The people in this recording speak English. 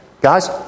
guys